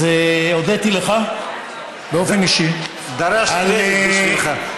אז הודיתי לך באופן אישי בשבילך.